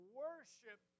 worship